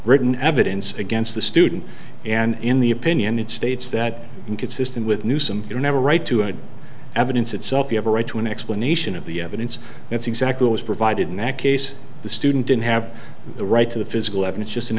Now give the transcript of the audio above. written evidence against the student and in the opinion it states that inconsistent with newsome are never right to an evidence itself you have a right to an explanation of the evidence that's exactly it was provided in that case the student didn't have the right to the physical evidence just an